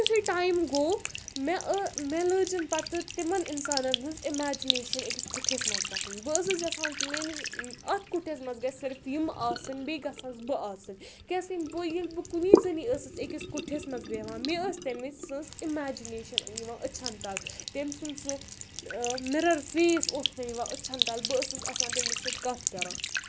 یُتھُے ٹایم گوٚو مےٚ مےٚ لٲجِن پَتہٕ تِمَن اِنسانَن ہٕنٛز اِمیجِنیشَن أکِس کُٹھِس منٛز گژھٕنۍ بہٕ ٲسٕس یَژھان کہِ میٛٲنِس اَتھ کُٹھِس منٛز گژھِ صِرف یِم آسٕنۍ بیٚیہِ گژھ بہٕ آسٕنۍ کیٛازِکہِ بہٕ ییٚلہِ بہٕ کُنی زٔنی ٲسٕس أکِس کُٹھِس منٛز بیٚہوان مےٚ ٲس تٔمِس سٕنٛز اِمیجِنیشَن یِوان أچھَن تَل تٔمۍ سُنٛد سُہ مِرر فیس اوس نہٕ یِوان أچھَن تَل بہٕ ٲسٕس آسان تٔمِس سۭتۍ کَتھ کَران